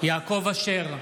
יעקב אשר,